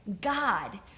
God